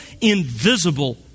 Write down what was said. invisible